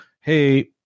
hey